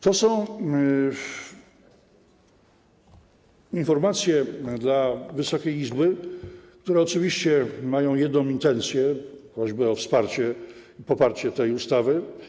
To są informacje dla Wysokiej Izby, które oczywiście mają jedną intencję: prośby o wsparcie, poparcie tej ustawy.